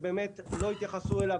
שבאמת לא יתייחסו אליו,